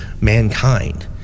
mankind